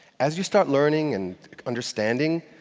as you start learning and understanding,